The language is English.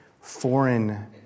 foreign